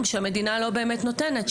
שהמדינה לא באמת נותנת,